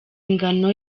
ingano